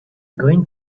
going